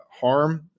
harm